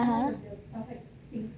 ah !huh!